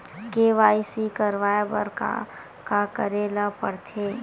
KYC करवाय बर का का करे ल पड़थे?